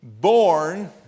born